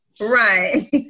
Right